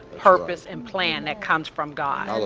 purpose and plan that comes from god.